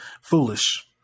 foolish